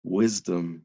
wisdom